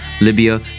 Libya